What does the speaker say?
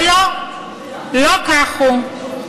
אבל לא, לא כך הוא.